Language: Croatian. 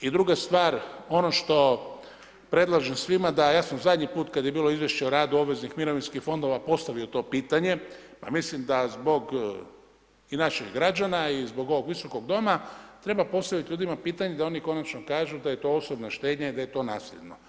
I druga stvar, ono što predlažem svima da, ja sam zadnji put kad je bilo Izvješće o radu obveznih mirovinskih fondova, postavio to pitanje, pa mislim da zbog i naših građa i zbog ovog Visokog doma, treba postaviti ljudima pitanje da oni konačno kažu da je to osobna štednja i da je to nasljedno.